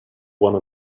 one